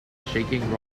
shaking